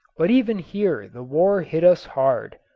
but even here the war hit us hard.